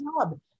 job